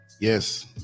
yes